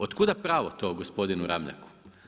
Otkuda pravo to gospodinu Ramljaku?